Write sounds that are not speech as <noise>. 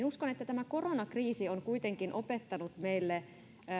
<unintelligible> uskon että tämä koronakriisi on kuitenkin opettanut meille